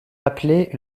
appelée